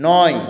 নয়